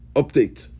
update